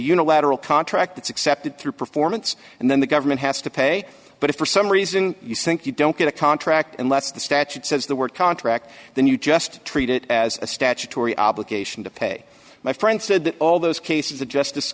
unilag contract it's accepted through performance and then the government has to pay but if for some reason you think you don't get a contract unless the statute says the word contract then you just treat it as a statutory obligation to pay my friend said that all those cases of justice